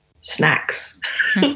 snacks